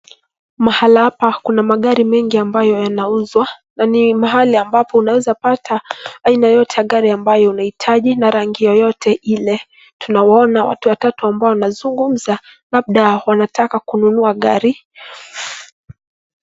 Mahali hapa kuna magari mengi ambayo yanauzwa na ni mahali ambapo unaeza pata aina yoyote ya gari ambayo unahitaji na rangi yoyote ile. Tunawaona watu watatu ambao wanazungumza, labda wanataka kununua gari.